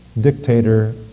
dictator